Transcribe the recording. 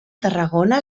tarragona